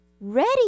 ready